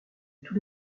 tous